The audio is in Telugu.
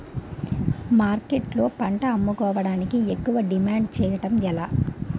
మార్కెట్లో పంట అమ్ముకోడానికి ఎక్కువ డిమాండ్ చేయడం ఎలా?